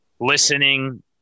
Listening